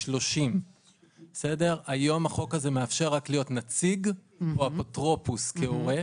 30. היום החוק הזה מאפשר להיות נציג או אפוטרופוס כהורה.